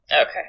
Okay